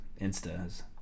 Insta's